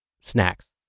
Snacks